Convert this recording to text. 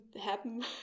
happen